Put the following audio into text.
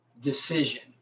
decision